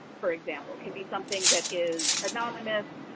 for example, can be something that is anonymous,